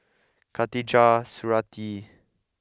Khatijah Surattee